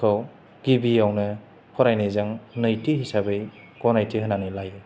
खौ गिबियावनो फरायनायजों नैथि हिसाबै गनायथि होनानै लायो